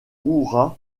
hurrah